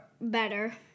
better